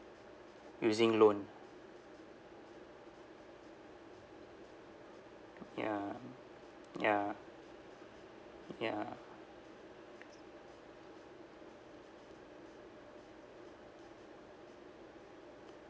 using loan ya ya ya